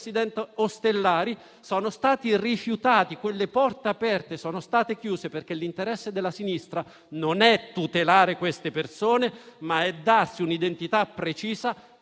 presidente Ostellari - sono stati rifiutati. Quelle porte aperte sono state chiuse, perché l'interesse della sinistra non è tutelare queste persone, ma darsi un'identità precisa,